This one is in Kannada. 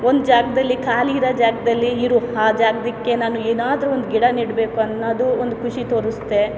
ಒಂದು ಜಾಗದಲ್ಲಿ ಖಾಲಿ ಇರೋ ಜಾಗದಲ್ಲಿ ಇರು ಆ ಜಾಗಕ್ಕೆ ನಾನು ಏನಾದರೂ ಒಂದು ಗಿಡ ನೆಡಬೇಕು ಅನ್ನೋದು ಒಂದು ಖುಷಿ ತೋರಿಸುತ್ತೆ